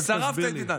רק תסביר לי,